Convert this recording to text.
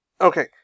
Okay